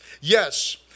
yes